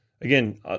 again